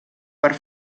per